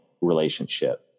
relationship